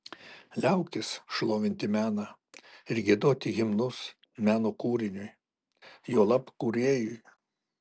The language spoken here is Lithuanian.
liaukis šlovinti meną ir giedoti himnus meno kūriniui juolab kūrėjui